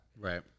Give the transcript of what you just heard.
Right